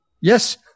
Yes